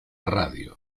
radio